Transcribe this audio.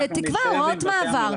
תקבע הוראות מעבר.